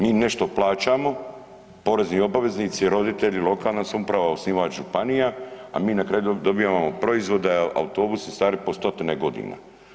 Mi nešto plaćamo, porezni obveznici, roditelji, lokalna samouprava, osnivač županija a mi na kraju dobijamo proizvode, autobuse stare po stotine godina.